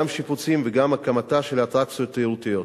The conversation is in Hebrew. שיפוצים וגם הקמה של אטרקציות תיירותיות.